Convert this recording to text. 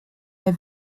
der